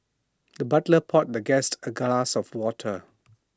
the butler poured the guest A glass of water